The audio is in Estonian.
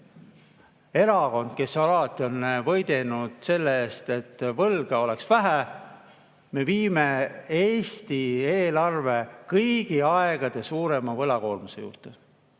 Erakond, kes alati on võidelnud selle eest, et võlga oleks vähe, viib Eesti eelarve kõigi aegade suurima võlakoormuse juurde,